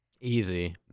Easy